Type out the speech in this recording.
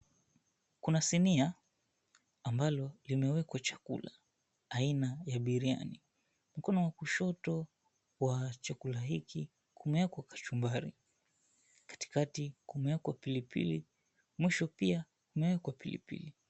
Kuna sinia ambalo limewekwa chakula aina ya biriani. Mkono wa kushoto wa chakula hiki kumewekwa kachumbari, katikati kumewekwa pilipili, mwisho pia kumewekwa pilipili.